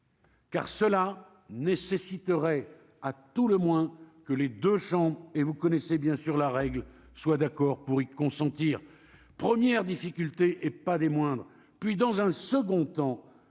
Car cela nécessiterait à tout le moins, que les 2 chambres et vous connaissez bien sûr la règle soit d'accord pour y consentir premières difficultés et pas des moindres, puis dans un second temps,